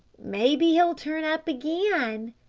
maybe he'll turn up again,